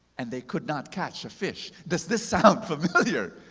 and they could not catch a fish. does this sound familiar?